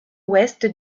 ouest